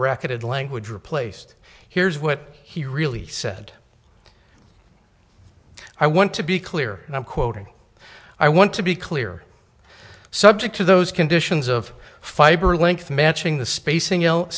bracketed language replaced here's what he really said i want to be clear and i'm quoting i want to be clear subject to those conditions of fiber length matching the spacing